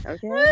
Okay